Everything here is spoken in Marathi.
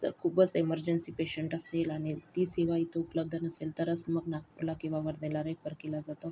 जर खूपच इमर्जन्सी पेशंट असेल आणि ती सेवा इथे उपलब्ध नसेल तरच मग नागपूरला किंवा वर्धेला रेफर केला जातो